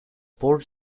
port